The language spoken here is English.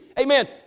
amen